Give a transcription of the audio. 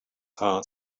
heart